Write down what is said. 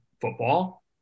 football